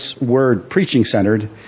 word-preaching-centered